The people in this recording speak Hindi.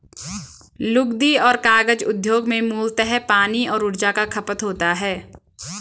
लुगदी और कागज उद्योग में मूलतः पानी और ऊर्जा का खपत होता है